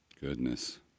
Goodness